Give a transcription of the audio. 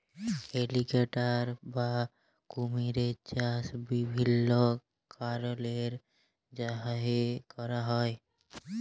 alligator বা কুমিরের চাষ বিভিল্ল্য কারলের জ্যনহে ক্যরা হ্যয়